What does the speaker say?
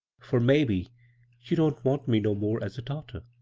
for maybe you don't want me no more as a daughter.